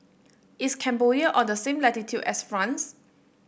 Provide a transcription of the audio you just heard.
is Cambodia on the same latitude as France